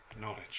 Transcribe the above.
knowledge